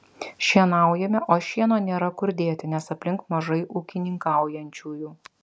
šienaujame o šieno nėra kur dėti nes aplink mažai ūkininkaujančiųjų